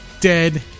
dead